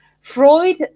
Freud